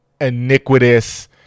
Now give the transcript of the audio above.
iniquitous